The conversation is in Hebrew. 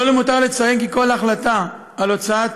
לא למותר לציין כי כל החלטה על הוצאת